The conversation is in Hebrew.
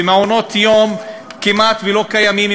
ומעונות-יום כמעט לא קיימים,